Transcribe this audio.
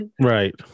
Right